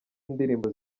indirimbo